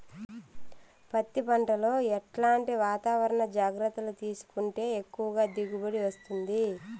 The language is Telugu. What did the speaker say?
పత్తి పంట లో ఎట్లాంటి వాతావరణ జాగ్రత్తలు తీసుకుంటే ఎక్కువగా దిగుబడి వస్తుంది?